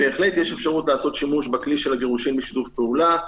בהחלט יש אפשרות לעשות שימוש בכלי של הגירושים בשיתוף פעולה,